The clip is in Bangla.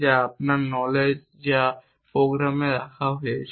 যা আপনার নলেজ যা এই প্রোগ্রামে রাখা হয়েছে